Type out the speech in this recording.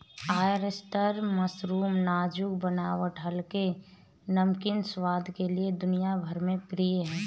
oyster mushroom नाजुक बनावट हल्के, नमकीन स्वाद के लिए दुनिया भर में प्रिय है